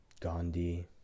Gandhi